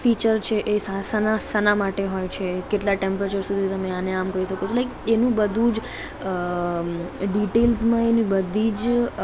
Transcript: feature છે એ શાના શાના માટે હોય છે કેટલા ટેમ્પરેચર સુધી તમે આને આમ કરી શકો છો લાઇક એનું બધુંજ ડીટેલ્સમાં એની બધી જ